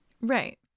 right